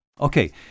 Okay